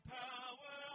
power